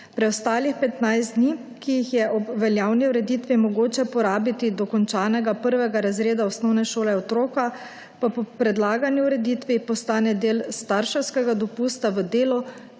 Preostalih petnajst dni, ki jih je ob veljavni ureditvi mogoče porabiti do končanega prvega razreda osnovne šole otroka, pa po predlagani ureditvi postane del starševskega dopusta v delu,